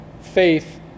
faith